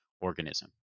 organism